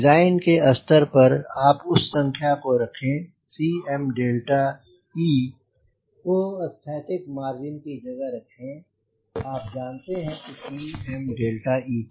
design के स्तर पर आप उस संख्या को रखें Cme को स्थैतिक मार्जिन की जगह रखें आप जानते हैं Cme को